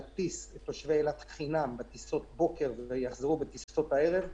נטיס את תושבי אילת חינם בטיסות בוקר והם יחזרו בטיסות בערב,